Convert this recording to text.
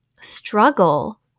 struggle